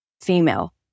female